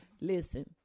Listen